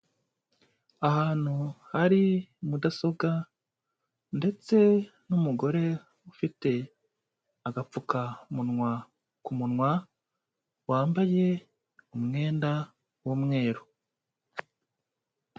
Ahantu hari mudasobwa ndetse n'umugore ufite agapfukamunwa ku munwa, wambaye umwenda w'umweru.